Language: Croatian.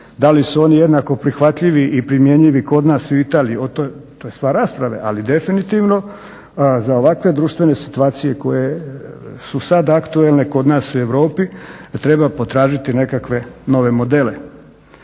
Da li su oni jednak prihvatljivi i primjenjivi kod nas i u Italiji to je stvar rasprave, ali definitivno za ovakve društvene situacije koje su sad aktualne kod nas i u Europi, da treba potražiti nekakve nove modele.